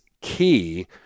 key